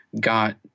got